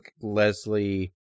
Leslie